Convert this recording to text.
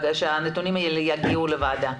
אנחנו רוצים שהנתונים האלה יגיעו לוועדה.